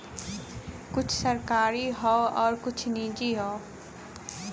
कुछ सरकारी हौ आउर कुछ निजी हौ